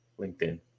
linkedin